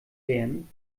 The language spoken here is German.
lernen